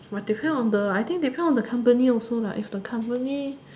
my depend on the I think depend on the company also lah if the company